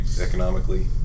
economically